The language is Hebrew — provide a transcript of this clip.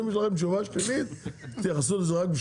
אם יש לכם תשובה שלילית,